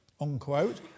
unquote